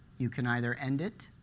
you can either end it,